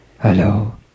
Hello